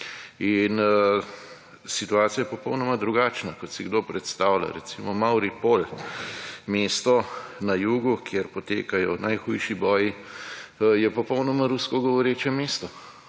Situacija je popolnoma drugačna kot si kdo predstavlja. Recimo / nerazumljivo/ mesto na jugu, kjer potekajo najhujši boji je popolnoma rusko govoreče mesto.